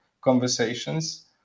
conversations